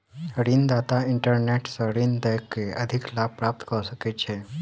ऋण दाता इंटरनेट सॅ ऋण दय के अधिक लाभ प्राप्त कय सकै छै